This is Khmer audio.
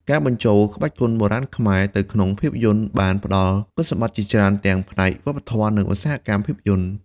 ការបញ្ចូលក្បាច់គុនបុរាណខ្មែរទៅក្នុងខ្សែភាពយន្តបានផ្ដល់គុណសម្បត្តិជាច្រើនទាំងផ្នែកវប្បធម៌ និងឧស្សាហកម្មភាពយន្ត។